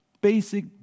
Basic